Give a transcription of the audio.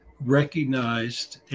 recognized